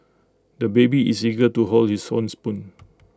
the baby is eager to hold his own spoon